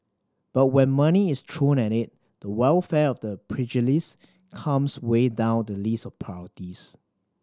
but when money is thrown at it the welfare of the pugilists comes way down the list of priorities